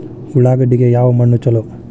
ಉಳ್ಳಾಗಡ್ಡಿಗೆ ಯಾವ ಮಣ್ಣು ಛಲೋ?